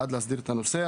בעד להסדיר את הנושא,